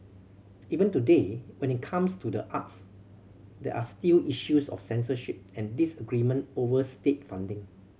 even today when it comes to the arts there are still issues of censorship and disagreement over state funding